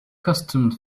costumed